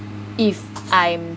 if I'm